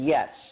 Yes